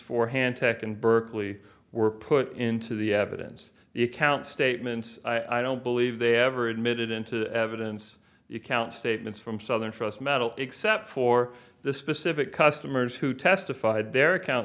for hand tech in berkeley were put into the evidence the account statements i don't believe they ever admitted into evidence you count statements from southern trust metal except for the specific customers who testified